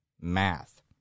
math